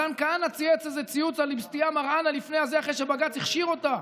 מתן כהנה צייץ איזה ציוץ על אבתיסאם מראענה אחרי שבג"ץ הכשיר אותה,